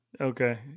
Okay